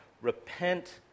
Repent